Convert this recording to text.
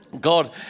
God